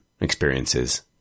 experiences